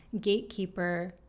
gatekeeper